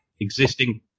existing